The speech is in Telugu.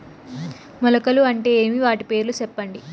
మొలకలు అంటే ఏమి? వాటి పేర్లు సెప్పండి?